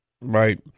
Right